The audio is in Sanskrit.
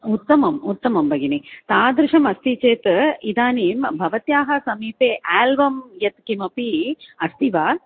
उत्तमम् उत्तमं भगिनि तादृशमस्ति चेत् इदानीं भवत्याः समीपे एल्बम् यत्किमपि अस्ति वा